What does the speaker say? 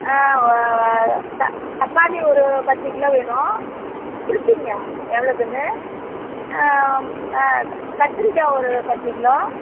ஆ த தக்காளி ஒரு பத்துக் கிலோ வேணும் குறிச்சிக்கங்க எவ்வளோதுன்னு க கத்திரிக்காய் ஒரு பத்துக் கிலோ